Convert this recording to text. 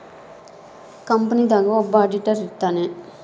company ದಾಗ ಒಬ್ಬ auditor ಇರ್ತಾನ